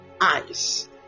ice